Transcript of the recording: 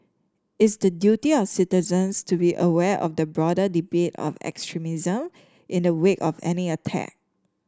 it's the duty of citizens to be aware of the broader debate of extremism in the wake of any attack